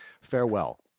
Farewell